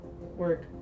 work